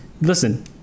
listen